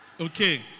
Okay